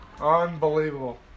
Unbelievable